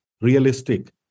realistic